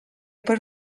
per